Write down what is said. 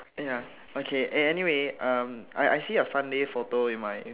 ya okay eh anyway uh I I see a fun day photo in my